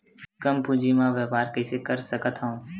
कम पूंजी म व्यापार कइसे कर सकत हव?